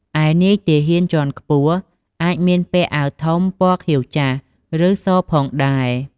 ឯនាយទាហានជាន់ខ្ពស់ អាចមានពាក់អាវធំពណ៌ខៀវចាស់ ឬសផងដែរ។